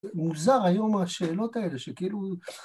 ‫מוזר היום השאלות האלה, ‫שכאילו...